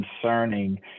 concerning